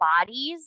bodies